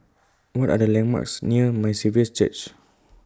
What Are The landmarks near My Saviour's Church